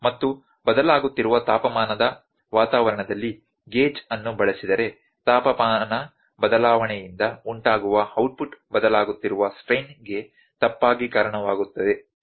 ಮತ್ತು ಬದಲಾಗುತ್ತಿರುವ ತಾಪಮಾನದ ವಾತಾವರಣದಲ್ಲಿ ಗೇಜ್ ಅನ್ನು ಬಳಸಿದರೆ ತಾಪಮಾನ ಬದಲಾವಣೆಯಿಂದ ಉಂಟಾಗುವ ಔಟ್ಪುಟ್ ಬದಲಾಗುತ್ತಿರುವ ಸ್ಟ್ರೈನ್ ಗೆ ತಪ್ಪಾಗಿ ಕಾರಣವಾಗುತ್ತದೆ